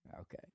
Okay